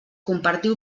compartir